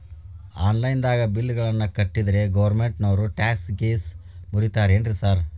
Online ದಾಗ bill ಗಳನ್ನಾ ಕಟ್ಟದ್ರೆ ಗೋರ್ಮೆಂಟಿನೋರ್ ಟ್ಯಾಕ್ಸ್ ಗೇಸ್ ಮುರೇತಾರೆನ್ರಿ ಸಾರ್?